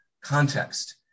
context